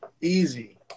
easy